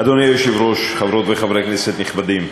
אדוני היושב-ראש, חברות וחברי כנסת נכבדים,